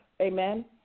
Amen